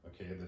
okay